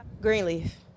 greenleaf